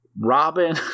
robin